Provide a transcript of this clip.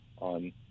on